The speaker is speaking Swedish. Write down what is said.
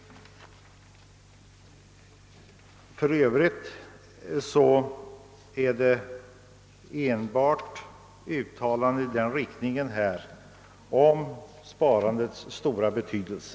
För Övrigt innehåller betänkandet bara uttalanden om sparandets stora betydelse.